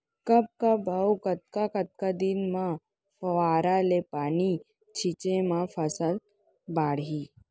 कब कब अऊ कतका कतका दिन म फव्वारा ले पानी छिंचे म फसल बाड़ही?